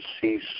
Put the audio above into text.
cease